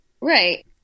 Right